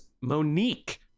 Monique